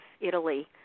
Italy